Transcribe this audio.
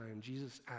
Jesus